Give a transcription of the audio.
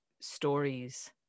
stories